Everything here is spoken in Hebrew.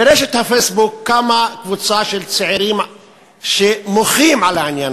בפייסבוק קמה קבוצה של צעירים שמוחים על העניין